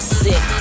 sick